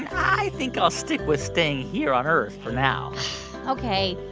and i think i'll stick with staying here on earth for now ok.